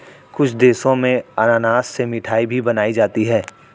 कुछ देशों में अनानास से मिठाई भी बनाई जाती है